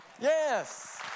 Yes